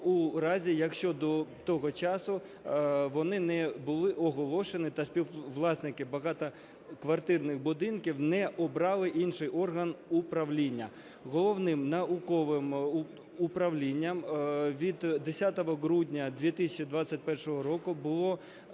у разі, якщо до того часу вони не були оголошені та співвласники багатоквартирних будинків не обрали інший орган управління. Головним науковим управлінням від 10 грудня 2021 року було